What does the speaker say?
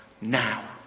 now